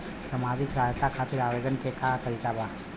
सामाजिक सहायता खातिर आवेदन के का तरीका बा?